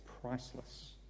priceless